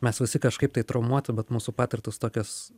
mes visi kažkaip tai traumuoti bet mūsų patirtys tokios